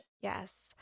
Yes